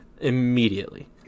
Immediately